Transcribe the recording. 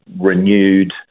renewed